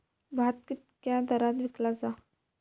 भात कित्क्या दरात विकला जा?